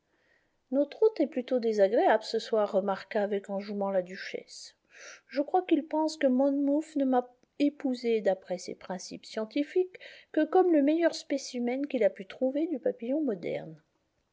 notre hôte est plutôt désagréable ce soir remarqua avec enjouement la duchesse je crois qu'il pense que monmouth ne m'a épousée d'après ses principes scientifiques que comme le meilleur spécimen qu'il a pu trouver du papillon moderne